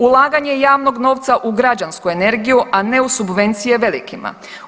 Ulaganje javnog novca u građansku energiju, a ne u subvencije velikima.